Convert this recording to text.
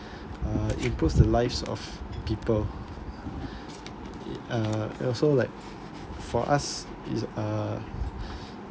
uh improves the lives of people it uh also like for us it's uh